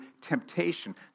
temptation